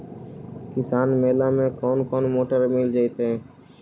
किसान मेला में कोन कोन मोटर मिल जैतै?